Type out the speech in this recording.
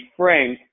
frank